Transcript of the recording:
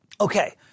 okay